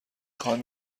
خواهم